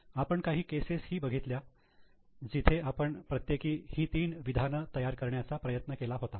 आपण काही केसेस ही बघितल्या आहे जिथे आपण प्रत्येकी ही तीन विधान तयार करण्याचा प्रयत्न केला होता